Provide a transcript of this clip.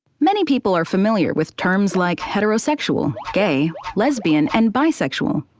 many people are familiar with terms like heterosexual, gay, lesbian, and bisexual,